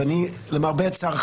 למרבה הצער,